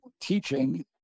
teaching